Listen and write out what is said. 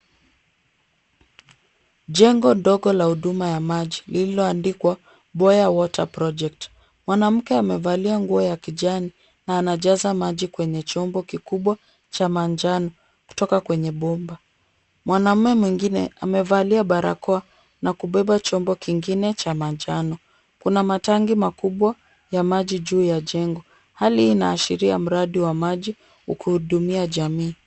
Jengo dogo la huduma ya maji lililoandikwa Boya Water Project mwanamke amevalia nguo ya kijani na anajaza maji kwenye chombo kikubwa cha manjano kutoka kwenye bomba. Mwanamume mwingine amevalia barakoa na kubeba chombo kingine cha manjano. Kuna matangi makubwa ya maji juu ya jengo hali inaashiria mradi wa maji ukihudumia jamii.